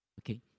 Okay